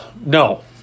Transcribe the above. No